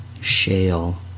shale